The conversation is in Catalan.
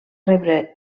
rebre